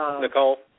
Nicole